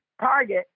target